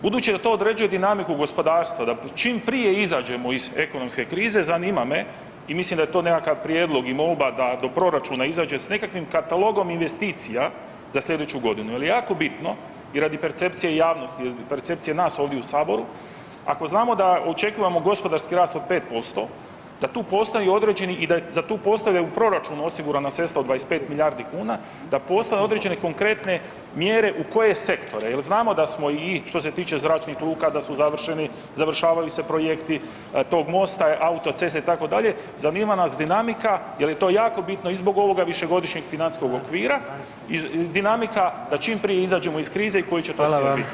Budući da to određuje dinamiku gospodarstva da čim prije izađemo iz ekonomske krize, zanima me i mislim da je to nekakav prijedlog i molba da do proračuna izađe s nekakvim katalogom investicija za sljedeću godinu jer je jako bitno radi percepcije javnosti i percepcije nas ovdje u Saboru, ako znamo da očekujemo gospodarski rast od 5%, da tu postoje određeni i da tu za tu postoje u proračunu osigurala sredstva od 25 milijardi kuna, da postoje određene konkretne mjere u koje sektore jer znamo da smo i što se tiče zračnih luka da su završeni, završavaju se projekti, tog mosta, autoceste, itd., zanima nas dinamika jer je to jako bitno i zbog ovog višegodišnjeg financijskog okvira i dinamika da čim prije izađemo iz krize i koji će to sve biti.